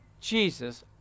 Jesus